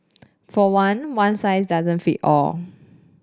for one one size doesn't fit all